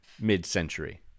mid-century